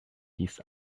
his